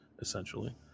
essentially